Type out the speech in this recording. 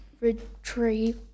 retrieve